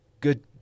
good